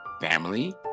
family